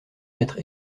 mettre